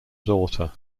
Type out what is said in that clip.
daughter